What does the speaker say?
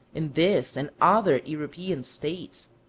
in this and other european states,